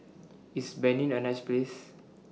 IS Benin A nice Place